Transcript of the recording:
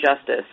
justice